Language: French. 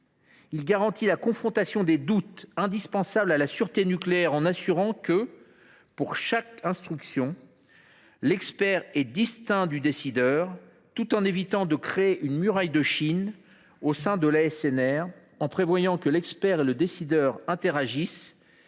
Il assure la confrontation des doutes indispensable à la sûreté nucléaire, en garantissant que, pour chaque instruction, l’expert est distinct du décideur tout en évitant de créer une muraille de Chine au sein de l’ASNR, en prévoyant bien que l’expert et le décideur interagissent